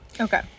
okay